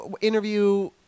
interview